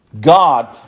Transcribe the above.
God